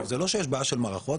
זה לא שיש בעיה של מערכות,